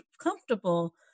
comfortable